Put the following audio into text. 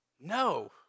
No